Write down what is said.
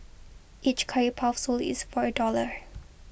each curry puff sold is for a dollar